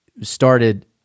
started